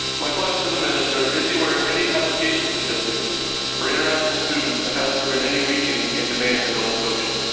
my question to the minister is he aware of any application statistics for international students and has there been any weakening in demand in nova scotia?